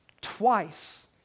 Twice